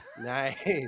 Nice